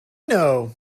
know